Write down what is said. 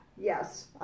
Yes